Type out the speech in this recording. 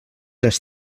les